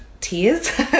tears